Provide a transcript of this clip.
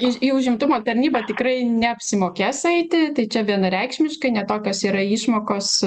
į į užimtumo tarnybą tikrai neapsimokės eiti tai čia vienareikšmiškai ne tokios tai yra išmokos